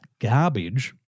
garbage